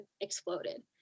exploded